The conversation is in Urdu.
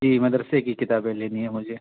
جی مدرسے کی کتابیں لینی ہیں مجھے